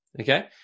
okay